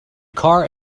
car